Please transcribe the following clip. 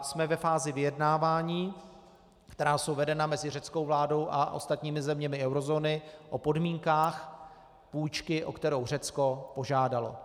Jsme ve fázi vyjednávání, která jsou vedena mezi řeckou vládou a ostatními zeměmi eurozóny o podmínkách půjčky, o kterou Řecko požádalo.